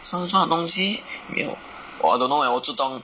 酸酸的东西没有 I don't know eh 我只懂